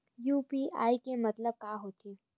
UPI के मतलब का होथे?